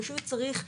פשוט צריך,